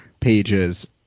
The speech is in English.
pages